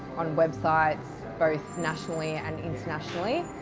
on websites, both nationally and internationally